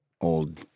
Old